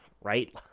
right